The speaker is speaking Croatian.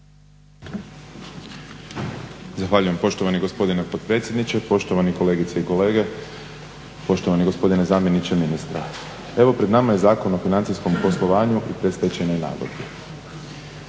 Zahvaljujem poštovani gospodine potpredsjedniče, poštovane kolegice i kolege, poštovani gospodine zamjeniče ministra. Evo pred nama je Zakon o financijskom poslovanju i predstečajnoj nagodbi.